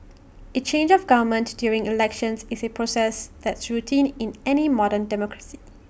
A change of government during elections is A process that's routine in any modern democracy